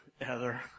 Heather